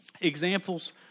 examples